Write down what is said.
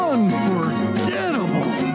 Unforgettable